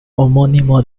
homónimo